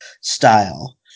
style